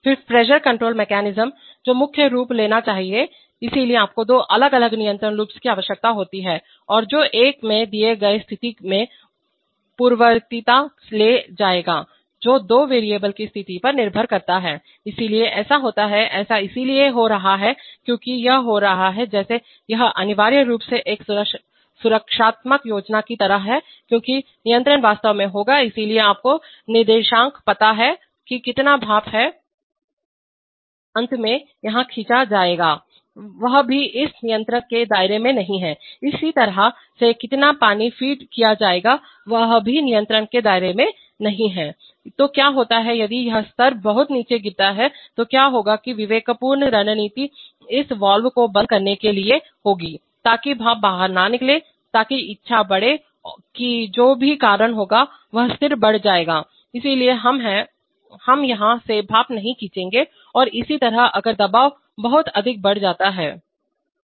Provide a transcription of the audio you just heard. फिर pressure control mechanism को मुख्य रूप लेना चाहिए इसलिए आपको दो अलग अलग नियंत्रण लूप्स की आवश्यकता होती है और जो एक में दिए गए स्थिति में पूर्ववर्तीता ले जाएगा जो दो वेरिएबल की स्थिति पर निर्भर करता है इसलिए ऐसा होता है ऐसा इसलिए हो रहा है क्योंकि यह हो रहा है जैसे यह अनिवार्य रूप से एक सुरक्षात्मक योजना की तरह है क्योंकि नियंत्रण वास्तव में होगा इसलिए आपको निर्देशांक पता है कि कितना भाप है अंत में यहाँ खींचा जाएगा वह भी इस नियंत्रक के दायरे में नहीं है इसी तरह से कितना पानी फीड किया जायेगा वह भी इस नियंत्रक के दायरे में नहीं है तो क्या होता है यदि यह स्तर बहुत नीचे गिरता है तो क्या होगा कि विवेकपूर्ण रणनीति इस वाल्व को बंद करने के लिए होगी ताकि भाप बाहर न निकले ताकि इच्छा बढ़े कि जो भी कारण होगा वह स्तर बढ़ जाएगा इसलिए हम हैं हम यहाँ से भाप नहीं खींचेंगे और इसी तरह अगर दबाव बहुत अधिक बढ़ जाता है